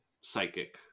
psychic